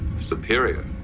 Superior